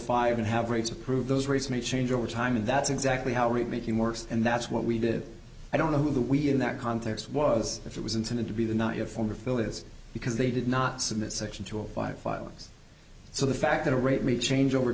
five and have rates approve those rates may change over time and that's exactly how remaking works and that's what we did i don't know who the we in that context was it was intended to be the not yet former fillets because they did not submit section two of five filings so the fact that a rate may change over